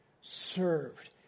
served